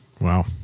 Wow